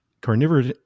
carnivorous